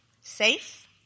Safe